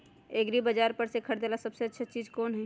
एग्रिबाजार पर से खरीदे ला सबसे अच्छा चीज कोन हई?